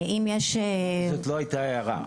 זאת לא הייתה ההערה,